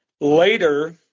later